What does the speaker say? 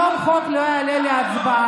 היום החוק לא יעלה להצבעה.